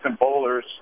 bowlers